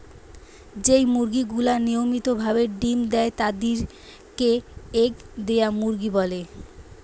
যেই মুরগি গুলা নিয়মিত ভাবে ডিম্ দেয় তাদির কে এগ দেওয়া মুরগি বলে